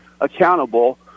accountable